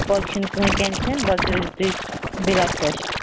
باقٕے چھُ نہٕ کہیٖنۍ ٹینشن باقٕے روٗزِو تُہۍ بِلا خۄش